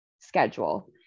schedule